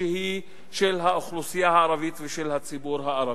שהיא של האוכלוסייה הערבית ושל הציבור הערבי.